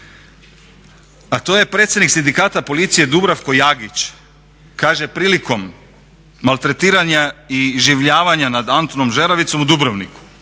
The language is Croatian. a to je predsjednik sindikata policije Dubravko Jagić kaže prilikom maltretiranja i iživljavanja nad Antunom Žeravicom u Dubrovniku,